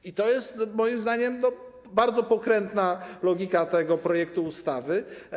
I to jest moim zdaniem bardzo pokrętna logika tego projektu ustawy.